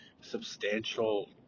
substantial